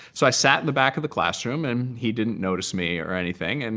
so i sat in the back of the classroom. and he didn't notice me or anything. and